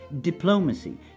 diplomacy